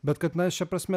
bet kad na šia prasme